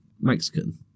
mexican